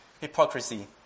hypocrisy